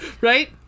Right